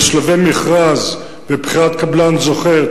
בשלבי מכרז בבחירת קבלן זוכה,